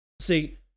See